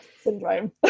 syndrome